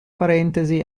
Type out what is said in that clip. parentesi